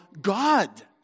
God